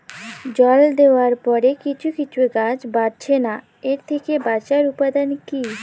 জল দেওয়ার পরে কিছু কিছু গাছ বাড়ছে না এর থেকে বাঁচার উপাদান কী?